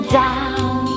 down